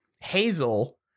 Hazel